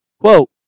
Quote